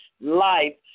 life